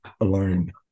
alone